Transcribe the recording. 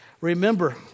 remember